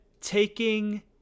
taking